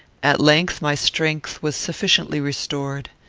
at length, my strength was sufficiently restored.